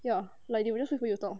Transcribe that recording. ya like they just wait for you to talk